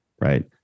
Right